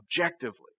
objectively